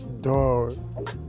Dog